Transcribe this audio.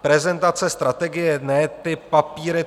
Prezentace strategie, ne ty papíry.